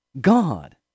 God